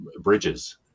Bridges